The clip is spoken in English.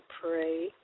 pray